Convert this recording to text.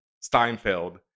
Steinfeld